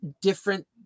different